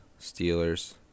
Steelers